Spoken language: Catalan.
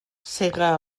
sega